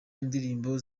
indirimbo